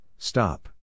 Stop